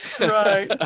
Right